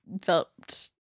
felt